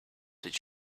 did